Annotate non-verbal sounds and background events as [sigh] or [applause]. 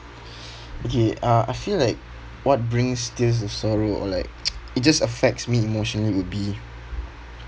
okay uh I feel like what brings tears of sorrow or like [noise] it just affects me emotionally would be